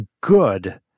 good